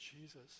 Jesus